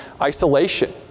isolation